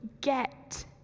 get